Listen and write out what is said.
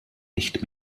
nicht